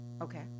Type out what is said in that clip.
Okay